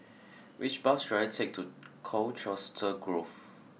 which bus should I take to Colchester Grove